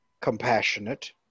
compassionate